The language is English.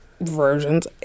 versions